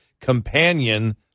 companion